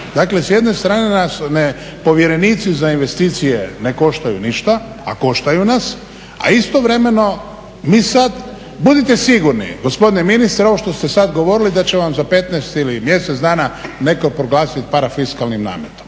Dakle, s jedne strane nas povjerenici za investicije ne koštaju ništa, a koštaju nas, a istovremeno mi sad budite sigurni gospodine ministre ovo što ste sad govorili da će vam za 15 ili mjesec dana netko proglasiti parafiskalnim nametom